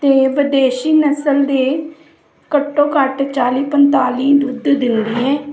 ਅਤੇ ਵਿਦੇਸ਼ੀ ਨਸਲ ਦੇ ਘੱਟੋ ਘੱਟ ਚਾਲ੍ਹੀ ਪੰਤਾਲੀ ਦੁੱਧ ਦਿੰਦੀ ਹੈ